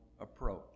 approach